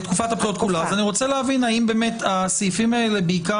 אני רוצה להבין האם הסעיפים האלה בעיקר